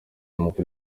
mukuru